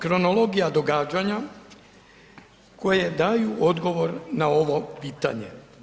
Kronologija događanja koje daju odgovor na ovo pitanje.